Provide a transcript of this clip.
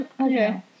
okay